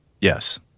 Yes